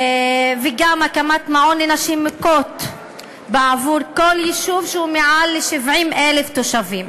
וגם הקמת מעון לנשים מוכות בעבור כל יישוב שהוא מעל 70,000 תושבים.